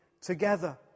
together